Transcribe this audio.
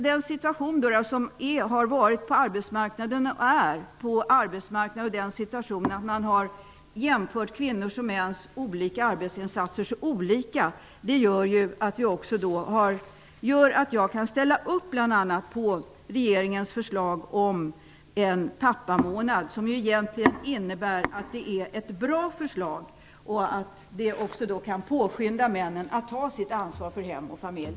Den situation som har rått och råder på arbetsmarknaden när man värderar kvinnors och mäns arbetsinsatser så olika, medför att jag kan ställa upp på bl.a. regeringens förslag om en pappamånad. Det är ett bra förslag, och det kan påskynda att männen tar sitt ansvar för hem och familj.